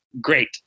great